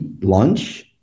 lunch